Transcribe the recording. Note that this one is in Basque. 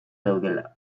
daudela